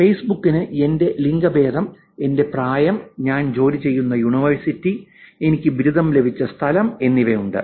ഫെയ്സ്ബുക്കിന് എന്റെ ലിംഗഭേദം എന്റെ പ്രായം ഞാൻ ജോലി ചെയ്യുന്ന യൂണിവേഴ്സിറ്റി എനിക്ക് ബിരുദം ലഭിച്ച സ്ഥലം എന്നിവയുണ്ട്